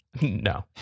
No